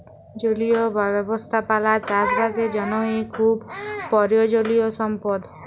জলীয় ব্যবস্থাপালা চাষ বাসের জ্যনহে খুব পরয়োজলিয় সম্পদ